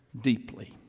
deeply